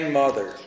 mother